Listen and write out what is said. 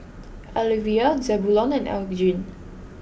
Alyvia Zebulon and Elgin